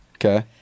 Okay